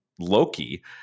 loki